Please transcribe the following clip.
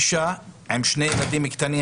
אישה עם שני ילדים קטנים,